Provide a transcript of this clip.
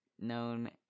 known